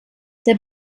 der